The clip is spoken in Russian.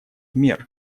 мер